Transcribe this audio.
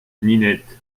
ninette